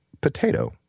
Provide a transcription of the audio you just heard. potato